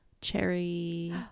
Cherry